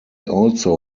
also